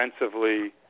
defensively